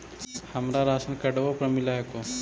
हमरा राशनकार्डवो पर मिल हको?